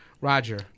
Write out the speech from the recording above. Roger